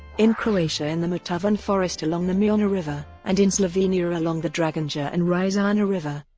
in croatia in the motovun forest along the mirna river, and in slovenia along the dragonja and rizana river,